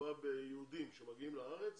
שמדובר ביהודים שמגיעים לארץ